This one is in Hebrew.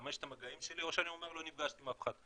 חמשת המגעים שלי או שאני אומר: אני לא נפגשתי עם אף אחד.